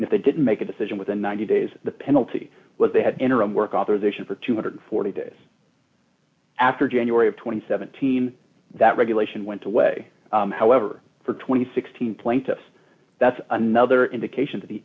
and if they didn't make a decision within ninety days the penalty was they had interim work authorization for two hundred and forty days after january of two thousand and seventeen that regulation went away however for twenty six thousand plaintiffs that's another indication that the